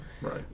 Right